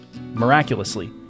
Miraculously